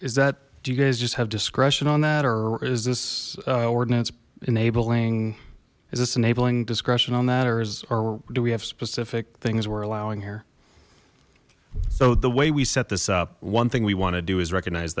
is that do you guys just have discretion on that or is this ordinance enabling is this enabling discretion on that or is or do we have specific things we're allowing here so the way we set this up one thing we want to do is recognize